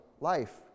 life